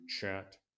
chat